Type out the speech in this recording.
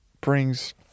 brings